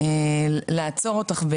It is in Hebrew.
בחדשות בצלאל,